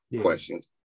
questions